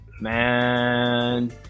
man